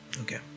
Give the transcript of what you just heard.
Okay